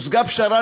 הושגה פשרה,